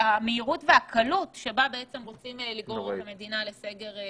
והקלות שבה רוצים לגרור את המדינה לסגר שלישי.